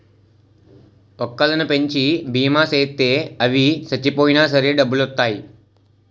బక్కలను పెంచి బీమా సేయిత్తే అవి సచ్చిపోయినా సరే డబ్బులొత్తాయి